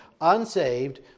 unsaved